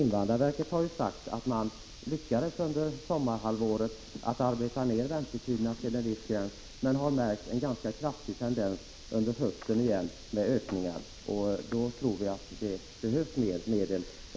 Invandrarverket har uppgivit att man under sommarhalvåret lyckades arbeta ned väntetiderna till en viss gräns. Under hösten har man dock åter igen märkt en ganska kraftig tendens till ökningar. Vi tror därför att det behövs mera medel för dessa uppgifter.